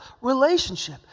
relationship